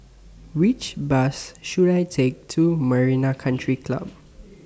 Which Bus should I Take to Marina Country Club